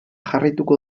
jarraituko